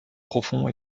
profond